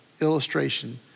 illustration